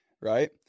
right